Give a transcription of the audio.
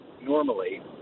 normally